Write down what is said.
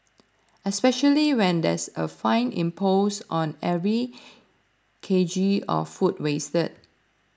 especially when there's a fine imposed on every K G of food wasted